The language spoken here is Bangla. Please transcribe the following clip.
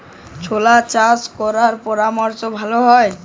ছোলা চাষ কোন মরশুমে ভালো হয়?